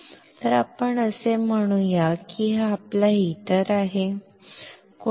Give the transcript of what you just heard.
तर आपण असे म्हणूया की हा आपला हीटर आहे